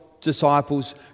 disciples